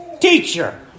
teacher